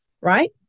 right